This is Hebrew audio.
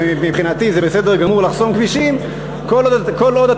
ומבחינתי זה בסדר גמור לחסום כבישים כל עוד אתה